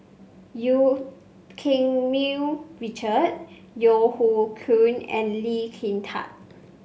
Eu Keng Mun Richard Yeo Hoe Koon and Lee Kin Tat